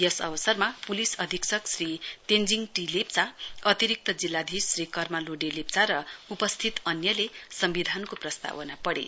यस अवसरमा पुलिस अधीक्षक श्री तेश्विङ टीलेप्चा अतिरिक्त जिल्लाधीश श्री कर्मा लोडे लेप्चा र उपस्थित अन्यले सम्विधानको प्रस्तावना पढ़े